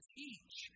teach